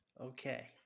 Okay